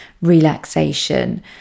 relaxation